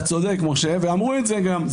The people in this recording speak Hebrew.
אתה צודק, משה, ואמרו את זה גם.